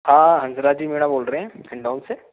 हाँ हंसराज जी मीणा बोल रहे हैं हिंडोन से